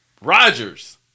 Rodgers